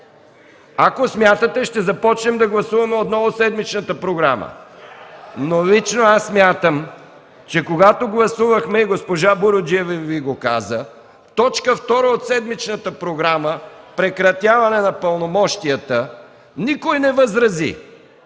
Ако смятате, ще започнем да гласуваме отново седмичната програма. Но лично аз смятам, че когато гласувахме, и госпожа Буруджиева Ви го каза, т. 2 от седмичната програма – Прекратяване на пълномощията на народни